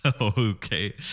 Okay